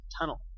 tunnel